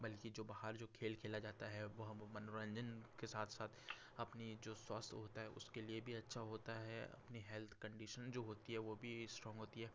बल्कि जो बाहर जो खेल खेला जाता है वह मनोरंजन के साथ साथ अपनी जो स्वास्थ्य होता है उसके लिए भी अच्छा होता है अपनी हेल्थ कंडिशन जो होती है वो भी स्ट्रोंग होती है